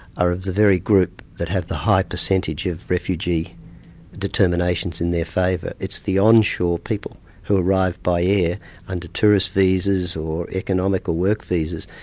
are of the very group that have the high percentage of refugee determinations in their favour. it's the onshore people who arrive by air under tourist visas or economic or work visas,